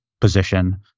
position